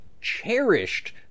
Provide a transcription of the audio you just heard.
cherished